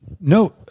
No